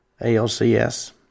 ALCS